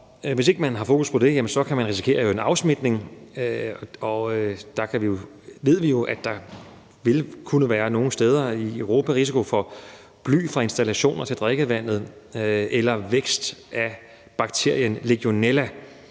Hvis man ikke har fokus på det, kan man jo risikere en afsmitning, og der ved vi jo, at der nogle steder i Europa vil kunne være risiko for bly fra installationer i drikkevandet eller vækst af bakterien legionella.